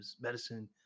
medicine